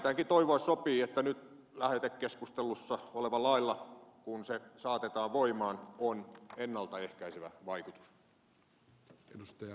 vähintäänkin toivoa sopii että nyt lähetekeskustelussa olevalla lailla kun se saatetaan voimaan on ennalta ehkäisevä vaikutus